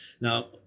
now